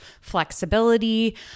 flexibility